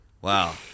Wow